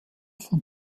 von